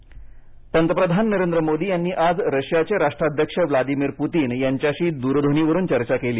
मोदी प्तीन पंतप्रधान नरेंद्र मोदी यांनी आज रशियाचे राष्ट्राध्यक्ष व्लादिमिर पुतीन यांच्याशी द्रध्वनीवरून चर्चा केली